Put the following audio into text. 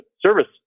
service